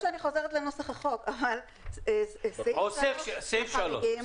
סעיף (3),